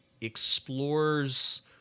explores